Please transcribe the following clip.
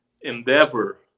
endeavor